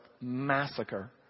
massacre